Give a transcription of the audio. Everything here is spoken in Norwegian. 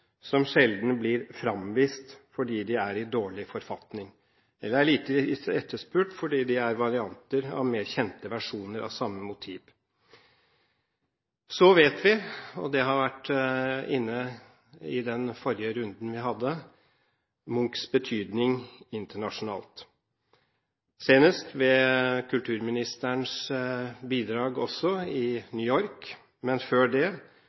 som sjelden blir fremvist, fordi de er i dårlig forfatning, eller fordi de er lite etterspurt fordi de er varianter av mer kjente versjoner av samme motiv. Vi kjenner til – det ble nevnt i den forrige runden vi hadde – Munchs betydning internasjonalt, senest ved kulturministerens bidrag i New York. Men før det